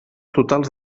totals